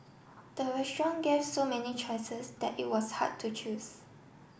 the restaurant gave so many choices that it was hard to choose